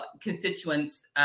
constituents